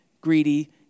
greedy